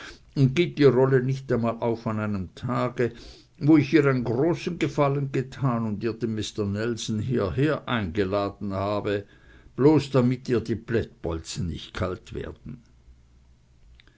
und gibt die rolle nicht einmal auf an einem tage wo ich ihr einen großen gefallen getan und ihr den mister nelson hierher eingeladen habe bloß damit ihr die plättbolzen nicht kalt werden